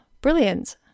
brilliant